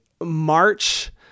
March